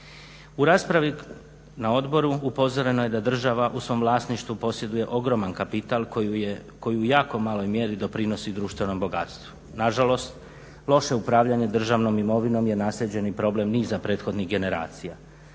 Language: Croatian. U raspravi na odboru upozoreno je da država u svom vlasništvu posjeduje ogroman kapital koji u jako maloj mjeri doprinosi društvenom bogatstvu. Nažalost, loše upravljanje državnom imovinom je naslijeđeni problem niza prethodnih generacija.